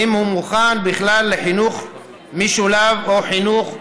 ואם הוא מוכן בכלל לחינוך משולב או לחינוך מיוחד.